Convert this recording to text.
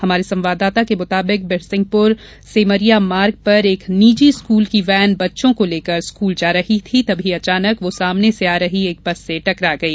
हमारे संवाददाता के मुताबिक बिरसिंहपुर सेमरिया मार्ग पर एक निजी स्कूल की वैन बच्चों को लेकर स्कूल जा रही थी तभी अचानक वह सामने से आ रही एक बस से टकरा गई